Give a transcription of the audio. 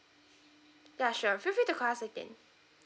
ya sure feel free to call us again